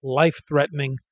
life-threatening